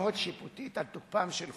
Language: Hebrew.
(ביקורת שיפוטית על תוקפם של חוקים),